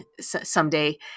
someday